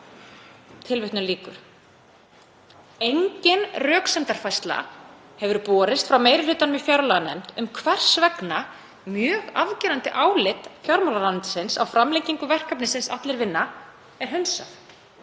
á komandi árum.“ Engin röksemdafærsla hefur borist frá meiri hlutanum í fjárlaganefnd um hvers vegna mjög afgerandi álit fjármálaráðuneytisins á framlengingu verkefnisins Allir vinna er hunsað.